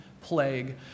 plague